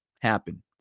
happen